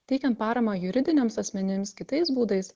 teikiant paramą juridiniams asmenims kitais būdais